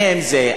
אני עם זה,